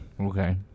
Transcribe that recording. Okay